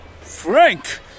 Frank